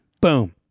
boom